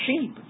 sheep